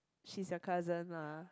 she's your cousin lah